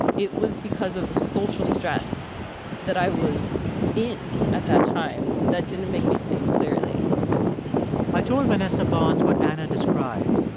it was because of the social stress that i was in at that time that didn't make me think clearly i told vanessa bohns what anna described,